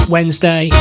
Wednesday